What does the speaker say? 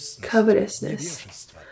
covetousness